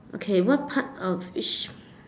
okay what part of it sh~